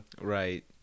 Right